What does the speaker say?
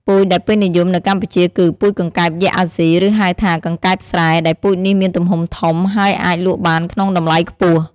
ពូជដែលពេញនិយមនៅកម្ពុជាគឺ ពូជកង្កែបយក្សអាស៊ី ឬហៅថា កង្កែបស្រែ ដែលពូជនេះមានទំហំធំ ហើយអាចលក់បានក្នុងតម្លៃខ្ពស់។